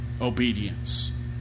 obedience